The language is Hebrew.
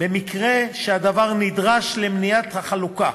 במקרה שהדבר נדרש למניעת החלוקה.